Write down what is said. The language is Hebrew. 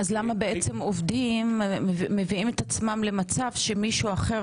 אז למה בעצם עובדים מביאים את עצמם למצב שמישהו אחר,